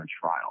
Trial